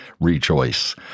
rejoice